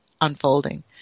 unfolding